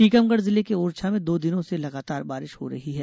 टीकमगढ़ जिले के ओरछा में दो दिनों से लगातार बारिश हो रही है